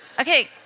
Okay